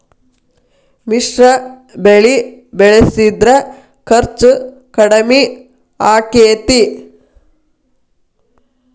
ಮಿಶ್ರ ಬೆಳಿ ಬೆಳಿಸಿದ್ರ ಖರ್ಚು ಕಡಮಿ ಆಕ್ಕೆತಿ?